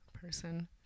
person